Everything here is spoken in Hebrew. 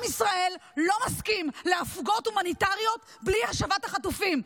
עם ישראל לא מסכים להפוגות הומניטריות בלי השבת החטופים.